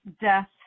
Death